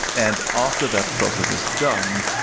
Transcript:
and after that process is done,